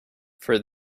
for